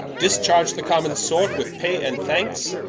discharge the common sort with pay and thankes,